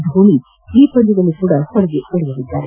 ಧೋನಿ ಈ ಪಂದ್ಯದಲ್ಲಿಯೂ ಹೊರಗುಳಿಯಲಿದ್ದಾರೆ